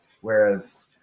whereas